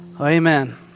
Amen